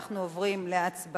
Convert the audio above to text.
אנחנו עוברים להצבעה